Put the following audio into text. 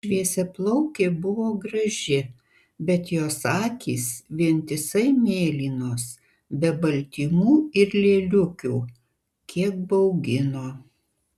šviesiaplaukė buvo graži bet jos akys vientisai mėlynos be baltymų ir lėliukių kiek baugino